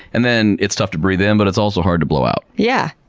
and then it's tough to breathe in, but it's also hard to blow out. yeah